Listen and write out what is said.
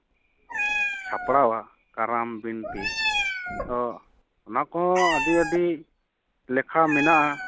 ᱥᱟᱯᱲᱟᱣᱟ ᱠᱟᱨᱟᱢ ᱵᱤᱱᱛᱤ ᱟᱫᱚ ᱚᱱᱟ ᱠᱚᱦᱚᱸ ᱟᱹᱰᱤᱼᱟᱹᱰᱤ ᱞᱮᱠᱷᱟ ᱢᱮᱱᱟᱜᱼᱟ